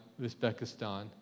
Uzbekistan